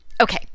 Okay